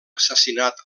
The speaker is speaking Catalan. assassinat